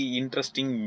interesting